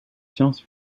sciences